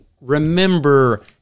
remember